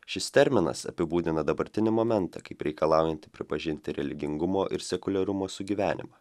šis terminas apibūdina dabartinį momentą kaip reikalaujantį pripažinti religingumo ir sekuliarizmo sugyvenimą